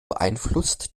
beeinflusst